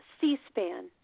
C-SPAN